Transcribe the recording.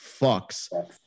fucks